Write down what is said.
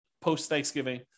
post-Thanksgiving